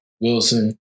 Wilson